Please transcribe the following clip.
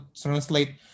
translate